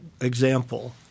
example